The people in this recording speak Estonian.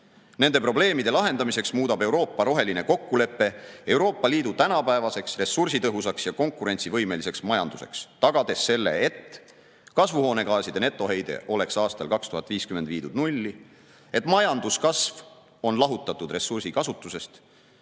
Nende probleemide lahendamiseks muudab Euroopa roheline kokkulepe Euroopa Liidu tänapäevaseks, ressursitõhusaks ja konkurentsivõimeliseks majanduseks, tagades selle, et kasvuhoonegaaside netoheide oleks aastaks 2050 viidud nulli, et majanduskasv on lahutatud ressursikasutusest